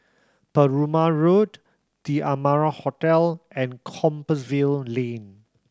Perumal Road The Amara Hotel and Compassvale Lane